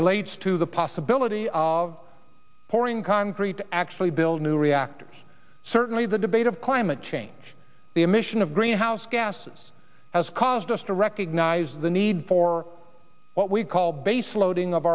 relates to the possibility of pouring concrete to actually build new reactors certainly the debate of climate change the emission of greenhouse gases has caused us to recognize the need for what we call base loading of